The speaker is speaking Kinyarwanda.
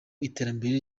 iterambere